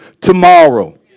tomorrow